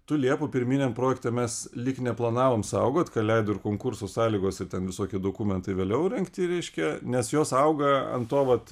tų liepų pirminiam projekte mes lyg neplanavom saugot ką leido ir konkurso sąlygos ir ten visokie dokumentai vėliau rengti reiškia nes jos auga ant to vat